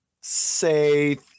say